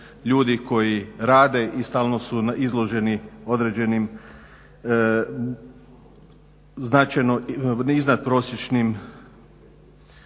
ljudi koji rade i stalno su izloženi određenim značajno iznadprosječnim